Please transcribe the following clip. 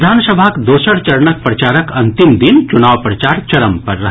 विधानसभाक दोसर चरणक प्रचारक अंतिम दिन चुनाव प्रचार चरम पर रहल